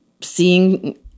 seeing